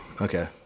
Okay